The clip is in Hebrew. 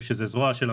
שהיא הזרוע של המשרד,